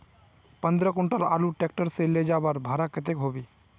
पंद्रह कुंटल आलूर ट्रैक्टर से ले जवार भाड़ा कतेक होबे?